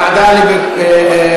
הוועדה לביעור נגע הסמים.